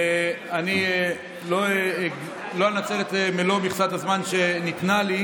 אני לא אנצל את מלוא מכסת הזמן שניתנה לי.